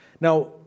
Now